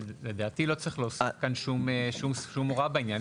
לדעתי לא צריך להוסיף שום הוראה בעניין,